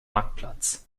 marktplatz